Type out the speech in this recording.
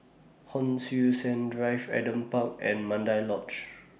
Hon Sui Sen Drive Adam Park and Mandai Lodge